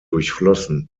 durchflossen